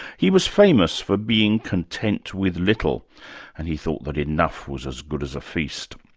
he was famous for being content with little and he thought that enough was as good as a feast.